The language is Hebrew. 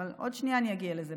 אבל עוד שנייה אני אגיע לזה.